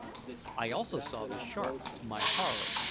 i also saw the shark, to my horror,